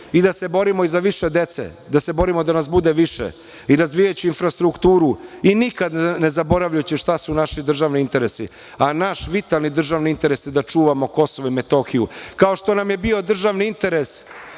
i da se borimo za više dece, da se borimo da nas bude, razvijajući infrastrukturu i nikad ne zaboravljajući šta su naši državni interesi, a naš vitalni državni interes je da čuvamo KiM, kao što nam je bio državni interes